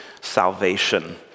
salvation